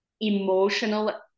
emotional